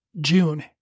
June